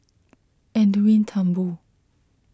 Edwin Thumboo